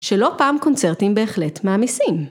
שלא פעם קונצרטים בהחלט מעמיסים.